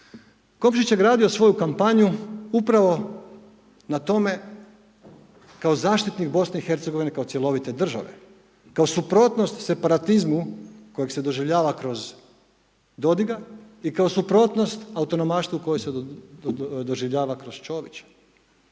Komšić je gradio svoju kampanju upravo na tome kao zaštitnik BiH kao cjelovite države, kao suprotnost separatizmu kojeg se doživljava kroz Dodiga i kao suprotnost autonomaštvu koji se doživljava kroz Čovića.